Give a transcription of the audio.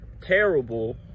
terrible